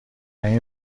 این